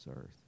earth